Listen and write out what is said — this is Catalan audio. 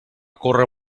córrer